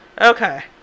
Okay